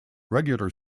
regular